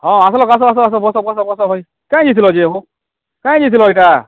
ହଁ ଆସିଲ ଆସ ଆସ ଆସ ବସ ବସ ବସ ଭାଇ କାଇଁ ଯାଇଥିଲ ଯେ ହୋ କାଇଁ ଯାଇଥିଲ ଏଇଟା